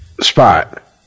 spot